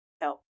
help